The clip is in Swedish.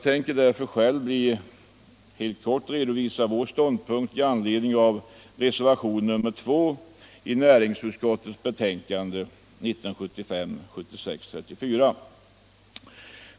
Själv tänker jag därför helt kort redovisa vår ståndpunkt i anledning av reservationen 2 i näringsutskottets betänkande 1975/76:34.